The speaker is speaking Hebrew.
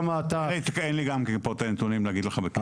אין לי פה את הנתונים על מנת להגיד לך פה.